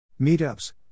meetups